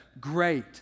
Great